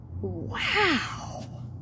wow